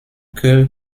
que